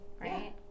right